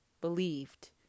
believed